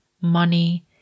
money